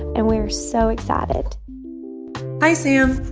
and we're so excited hi, sam.